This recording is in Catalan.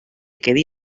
quedi